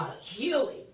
Healing